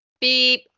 Beep